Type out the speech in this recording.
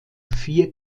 vier